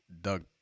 Doug